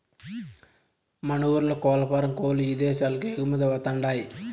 మన ఊర్ల కోల్లఫారం కోల్ల్లు ఇదేశాలకు ఎగుమతవతండాయ్